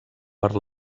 per